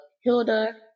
Hilda